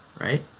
right